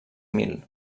mil